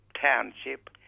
township